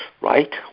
right